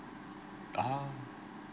ah